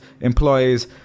employees